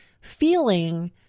feeling